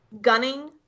gunning